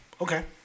okay